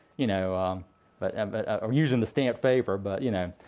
you know um but and but or using the stamped paper, but, you know.